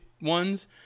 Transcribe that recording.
ones